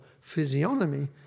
physiognomy